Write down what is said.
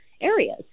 areas